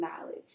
knowledge